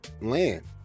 land